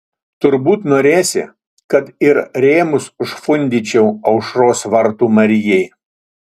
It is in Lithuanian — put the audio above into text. turbūt norėsi kad ir rėmus užfundyčiau aušros vartų marijai